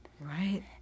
Right